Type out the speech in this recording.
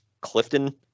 Clifton